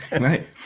Right